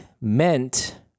meant